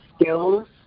skills